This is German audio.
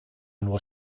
nur